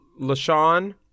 LaShawn